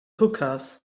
hookahs